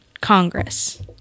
Congress